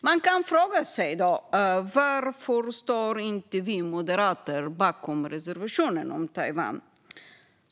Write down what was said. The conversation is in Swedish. Man kan fråga sig: Varför står inte vi moderater bakom reservationen om Taiwan?